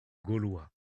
gaulois